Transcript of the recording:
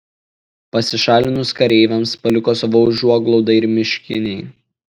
pasišalinus kareiviams paliko savo užuoglaudą ir miškiniai